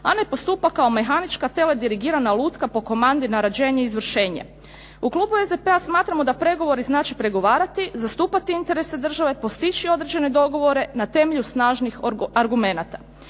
a ne postupa kao mehanička tele dirigirana lutka po komandi naređenje izvršenje. U klubu SDP-a smatramo da pregovori znače pregovarati, zastupati interese države, postići određene dogovore na temelju snažnih argumenata.